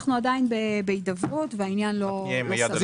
אנחנו עדיין בהידברות והעניין לא הסתיים.